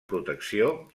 protecció